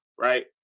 Right